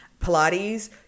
Pilates